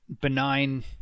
benign